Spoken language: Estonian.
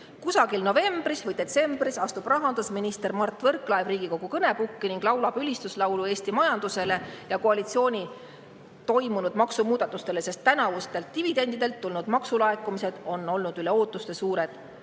umbes novembris või detsembris astub rahandusminister Mart Võrklaev Riigikogu kõnepukki ning laulab ülistuslaulu Eesti majandusele ja koalitsiooni tehtud maksumuudatustele, sest tänavustelt dividendidelt tulnud maksulaekumised on olnud üle ootuste suured.